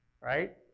Right